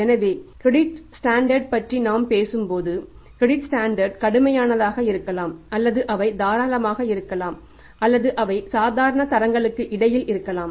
எனவே இங்கே credit standard கடுமையானதாக இருக்கலாம் அல்லது அவை தாராளமாக இருக்கலாம் அல்லது அவை சாதாரண தரங்களுக்கு இடையில் இருக்கலாம்